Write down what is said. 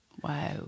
Wow